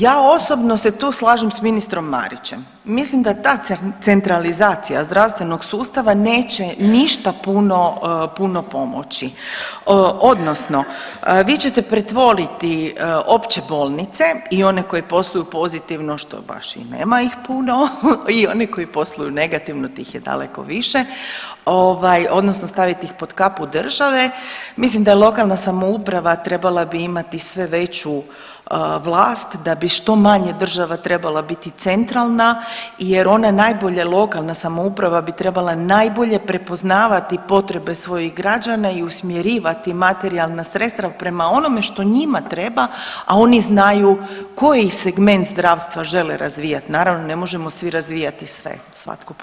Ja osobno se tu slažem s ministrom Marićem, mislim da ta centralizacija zdravstvenog sustava neće ništa puno puno pomoći odnosno vi ćete pretvoriti opće bolnice i one koje posluju pozitivno što baš i nema ih puno i oni koji posluju negativno tih je daleko više ovaj odnosno stavit ih pod kapu države mislim da lokalna samouprava trebala bi imati sve veću vlast da bi što manje država trebala biti centralna jer ona najbolje lokalna samouprava bi trebala najbolje prepoznavati potrebe svojih građana i usmjerivati materijalna sredstva prema onome što njima treba, a oni znaju koji segment zdravstva žele razvijat, naravno ne možemo svi razvijati sve, svatko ponešto.